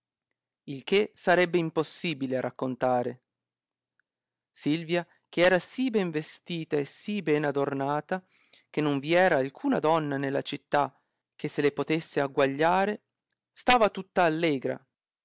il che sarebbe impossibile a raccontare silvia che era sì ben vestita e sì ben adornata che non vi era altra donna nella città che se le potesse agguagliare stava tutta allegra